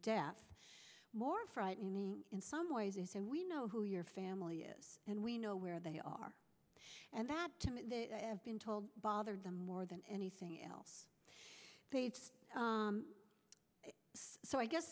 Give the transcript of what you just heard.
death more frightening in some ways and so we know who your family is and we know where they are and that have been told bothered them more than anything else so i guess